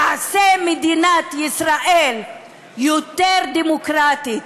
תעשה את מדינת ישראל יותר דמוקרטית,